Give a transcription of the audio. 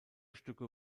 stücke